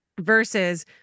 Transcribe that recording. Versus